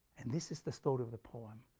and this is the story of the poem.